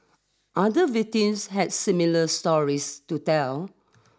other victims had similar stories to tell